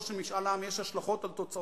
של משאל העם יש השלכות על תוצאותיו,